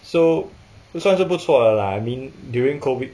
so 算是不错了 lah I mean during COVID